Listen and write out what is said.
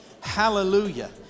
Hallelujah